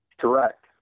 Correct